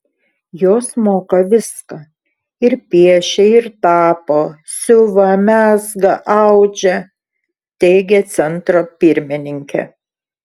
jos moka viską ir piešia ir tapo siuva mezga audžia teigė centro pirmininkė